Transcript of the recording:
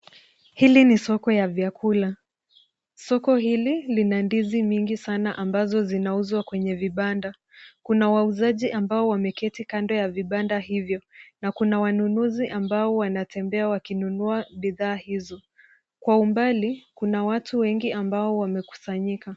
Hili ni soko ya vyakula. Soko hili lina ndizi mingi ambazo zinauzwa kwenye vibanda. Kuna wauzaji ambao wameketi kando ya vibanda hivyo na kuna wanunuzi ambao wanatembea wakinunua bidhaa hizo. Kwa umbali kuna watu wengi ambao wamekusanyika.